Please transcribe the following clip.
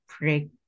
break